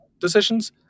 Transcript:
decisions